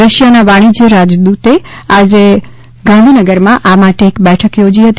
રશિયાના વાણિશ્ય રાજદૂતે આજે ગાંધીનગરમાં આ માટે એક બેઠક યોજી હતી